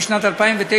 2009,